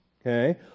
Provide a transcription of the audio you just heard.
okay